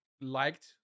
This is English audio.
liked